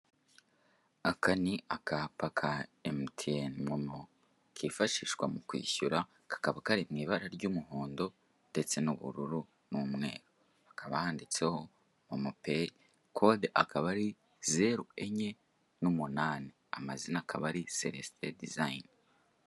Aka ni akapa ka MTN momo kifashishwa mu kwishyura kakaba kari mu ibara ry'umuhondo ndetse n'ubururu n'umweru hakaba handitseho MOMO Pay Kode aKaba ari Zero Enye n'Umunani amazina akaba ari Celestin Design.